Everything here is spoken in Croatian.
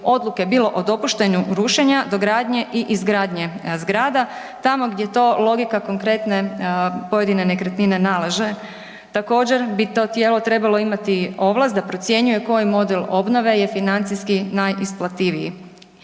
odluke bilo o dopuštenju rušenja do gradnje i izgradnje zgrada tamo gdje to logika konkretne pojedine nekretnine nalaže. Također bi to tijelo trebalo imati ovlast da procjenjuje koji model obnove je financijski najisplativiji.